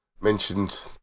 mentioned